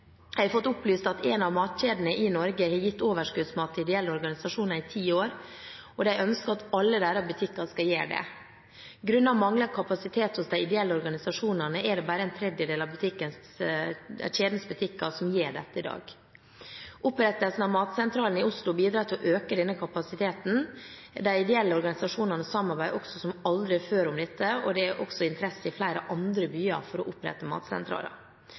Jeg har fått opplyst at én av matvarekjedene i Norge har gitt overskuddsmat til ideelle organisasjoner i ti år, og de ønsker at alle deres butikker skal gjøre dette. Grunnet manglende kapasitet hos de ideelle organisasjonene er det bare en tredjedel av kjedens butikker som gjør dette i dag. Opprettelsen av Matsentralen i Oslo bidrar til å øke denne kapasiteten. De ideelle organisasjonene samarbeider også som aldri før om dette, og det er også interesse i flere andre byer for å opprette